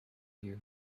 you